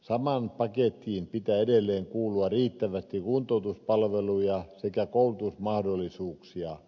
samaan pakettiin pitää edelleen kuulua riittävästi kuntoutuspalveluja sekä koulutusmahdollisuuksia